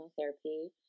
therapy